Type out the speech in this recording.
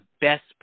best